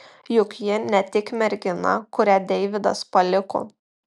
juk ji ne tik mergina kurią deividas paliko